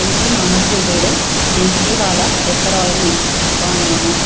എനിക്ക് നാന്നൂറ് രൂപയുടെ പിൻസിവാല പെത്ത റോയൽ മിക്സ് വാങ്ങാമോ